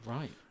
Right